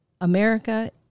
America